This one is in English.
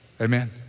Amen